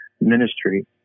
ministry